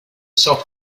soft